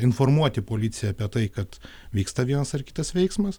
informuoti policiją apie tai kad vyksta vienas ar kitas veiksmas